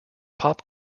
pop